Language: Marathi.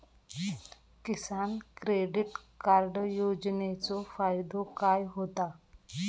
किसान क्रेडिट कार्ड योजनेचो फायदो काय होता?